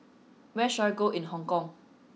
where should I go in Hong Kong